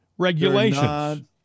Regulations